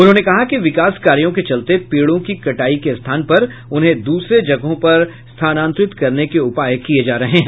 उन्होंने कहा कि विकास कार्यों के चलते पेड़ों की कटाई के स्थान पर उन्हें द्रसरे जगहों पर स्थानांतरित करने के उपाय किये जा रहे हैं